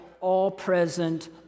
all-present